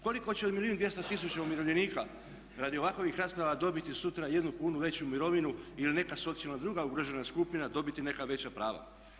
Koliko će od milijun i 200 tisuća umirovljenika radi ovakvih rasprava dobiti sutra jednu kunu veću mirovinu ili neka socijalno druga ugrožena skupina dobiti neka veća prava?